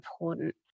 important